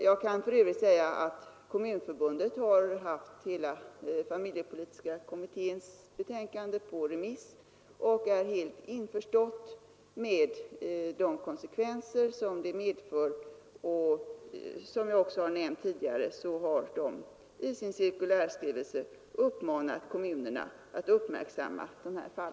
Jag kan i övrigt säga att Kommunförbundet haft hela familjepolitiska kommitténs betänkande på remiss och är helt införstått med de konsekvenser som beslutet medför. Som jag också nämnt tidigare har Kommunförbundet i en cirkulärskrivelse uppmanat kommunerna att uppmärksam ma dessa fall.